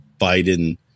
Biden